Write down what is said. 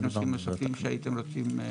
נוספים שהייתם רוצים לשמוע?